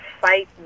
fight